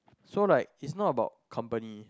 so like is not about company